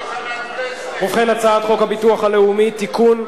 להעביר את הצעת חוק הביטוח הלאומי (תיקון,